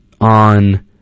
on